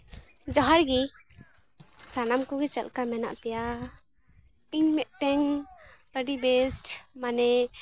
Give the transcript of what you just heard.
ᱡᱚᱦᱟᱨ ᱜᱮ ᱥᱟᱱᱟᱢ ᱠᱚᱜᱮ ᱪᱮᱫ ᱞᱮᱠᱟ ᱢᱮᱱᱟᱜ ᱯᱮᱭᱟ ᱤᱧ ᱢᱤᱫᱴᱮᱱ ᱟᱹᱰᱤ ᱵᱮᱥᱴ ᱢᱟᱱᱮ